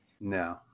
No